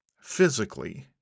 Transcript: physically